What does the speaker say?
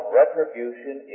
retribution